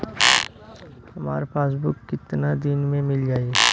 हमार पासबुक कितना दिन में मील जाई?